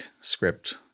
script